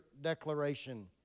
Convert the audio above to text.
declaration